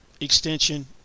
extension